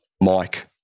Mike